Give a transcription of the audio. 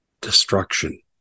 destruction